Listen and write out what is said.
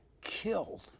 killed